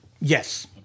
Yes